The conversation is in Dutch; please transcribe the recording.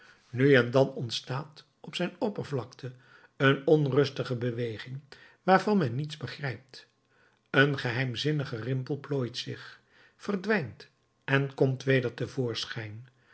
nu en dan ontstaat op zijn oppervlakte een onrustige beweging waarvan men niets begrijpt een geheimzinnige rimpel plooit zich verdwijnt en komt weder